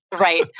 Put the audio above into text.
Right